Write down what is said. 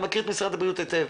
אני מכיר את משרד הבריאות היטב,